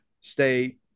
stay